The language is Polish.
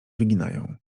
wyginają